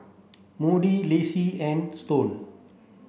Moody Lacey and Stone